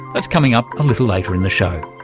that's coming up a little later in the show.